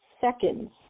seconds